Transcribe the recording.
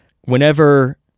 whenever